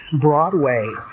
Broadway